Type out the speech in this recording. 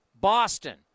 Boston